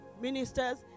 ministers